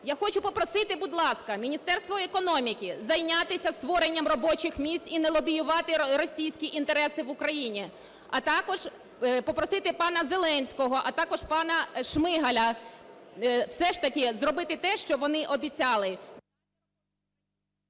Я хочу попросити, будь ласка, Міністерство економіки зайнятися створенням робочих місць і не лобіювати російські інтереси в Україні. А також попросити пана Зеленського, а також пана Шмигаля все ж таки зробити те, що вони обіцяли.